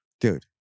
Dude